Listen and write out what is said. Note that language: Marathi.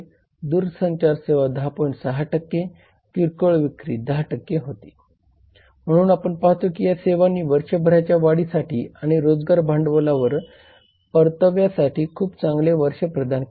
म्हणून जोपर्यंत सुरक्षिततेचा प्रश्न आहे ग्राहकांना त्यांचा जीव आणि मालमत्तेना धोका होणाऱ्या वस्तू आणि सेवांच्या विपणनापासून संरक्षण मिळण्याचा अधिकार आहे